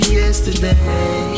yesterday